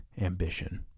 ambition